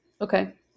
Okay